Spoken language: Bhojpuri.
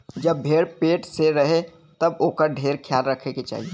जब भेड़ पेट से रहे तब ओकर ढेर ख्याल रखे के चाही